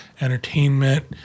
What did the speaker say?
entertainment